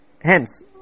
Hence